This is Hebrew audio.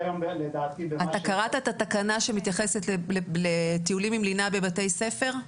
אתה קראת את התקנה שמתייחסת לטיולים עם לינה בבתי ספר?